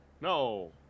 no